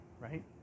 right